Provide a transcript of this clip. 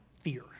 fear